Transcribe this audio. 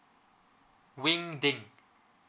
wink ding